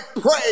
pray